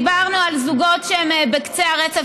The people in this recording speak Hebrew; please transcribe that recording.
דיברנו על זוגות שהם בקצה הרצף,